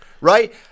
right